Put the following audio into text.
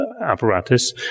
apparatus